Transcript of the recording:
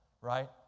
right